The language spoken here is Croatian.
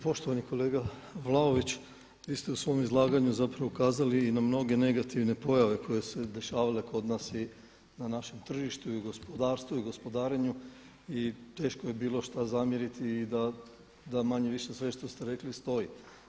Poštovani kolega Vlaović, vi ste u svom izlaganju zapravo ukazali i na mnoge negativne pojave koje su se dešavale kod nas i na našem tržištu i u gospodarstvu i u gospodarenju i teško je bilo šta zamjeriti i da manje-više sve što ste rekli stoji.